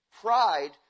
pride